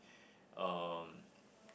um